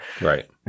Right